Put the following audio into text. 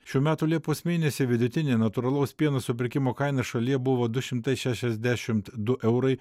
šių metų liepos mėnesį vidutinė natūralaus pieno supirkimo kaina šalyje buvo du šimtai šešiasdešimt du eurai